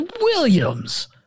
Williams